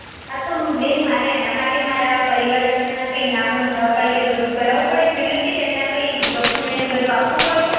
હાતો બેન મારે એના માટે મારા પરિવારજનોના કંઈ નામ નોંધવા પડે એવું બધું કરવું પડે મતલબ કે અમે એમના કંઈ ડોક્યુમેન્ટ ને એ બધું આપવું પડે